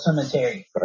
cemetery